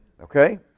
Okay